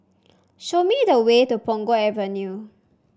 show me the way to Punggol Avenue